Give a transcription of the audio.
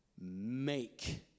make